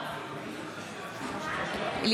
בעד